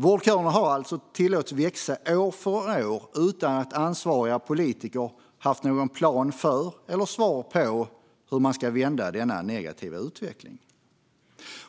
Vårdköerna har alltså tillåtits växa från år till år utan att ansvariga politiker har haft någon plan för eller svar på frågan hur man ska vända denna negativa utveckling.